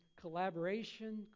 collaboration